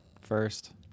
first